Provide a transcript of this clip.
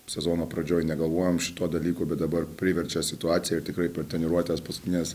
sezono pradžioj negalvojom šituo dalyku bet dabar priverčia situacija tikrai po treniruotės paskutinės